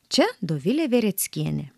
čia dovilė vereckienė